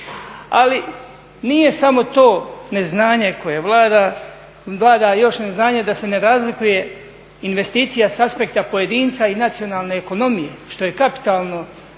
Ali nije samo to neznanje koje vlada, vlada još neznanje da se ne razlikuje investicija s aspekta pojedinca i nacionalne ekonomije što je kapitalno